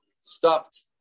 Stopped